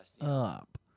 up